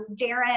Darren